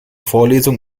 vorlesung